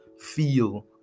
Feel